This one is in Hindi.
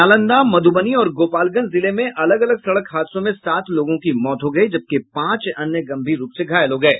नालंदा मधूबनी और गोपालगंज जिले में अलग अलग सड़क हादसों में सात लोगों की मौत हो गयी जबकि पांच अन्य गम्भीर रूप से घायल हो गये